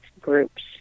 groups